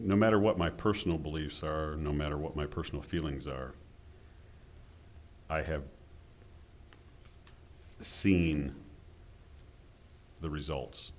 no matter what my personal beliefs are no matter what my personal feelings are i have seen the results